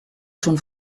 schon